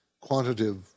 quantitative